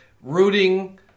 rooting